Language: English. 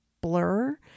blur